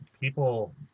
people